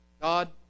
god